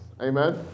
Amen